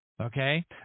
Okay